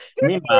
Meanwhile